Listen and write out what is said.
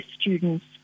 students